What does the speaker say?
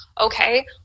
okay